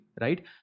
Right